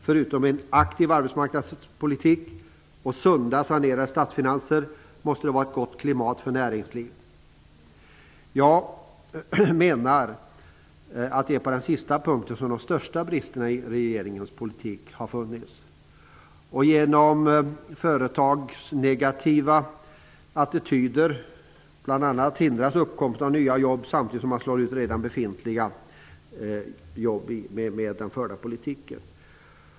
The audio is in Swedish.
Förutom en aktiv arbetsmarknadspolitik och sunda och sanerade statsfinanser måste det vara ett gott klimat för näringslivet. Jag menar att det är på den sista punkten som de största bristerna i regeringens politik har funnits. Regeringen har genom företagsnegativa attityder bl.a. hindrat uppkomsten av nya jobb samtidigt som man slagit ut redan befintliga jobb med den förda politiken.